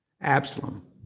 Absalom